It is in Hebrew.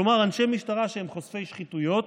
כלומר, אנשי משטרה שהם חושפי שחיתויות